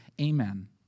amen